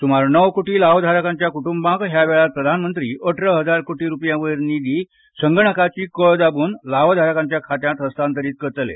सुमार णव कोटी लावधारकांच्या कुटुंबांक यावेळार प्रधानमंत्री अठरा हजार कोटी रूपयांवयर निधी संगणकाची कळ दाबून लावधारकांच्या खात्यान हस्तांतरित करतले